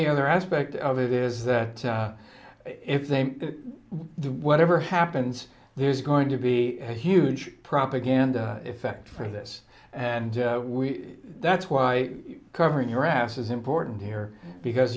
the other aspect of it is that if they do whatever happens there's going to be a huge propaganda effect from this and we that's why covering harass is important here because